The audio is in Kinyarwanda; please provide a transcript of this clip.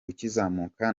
ukizamuka